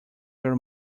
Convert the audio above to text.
your